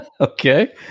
Okay